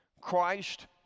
Christ